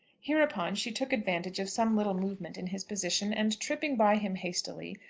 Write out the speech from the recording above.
hereupon she took advantage of some little movement in his position, and, tripping by him hastily,